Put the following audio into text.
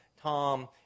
Tom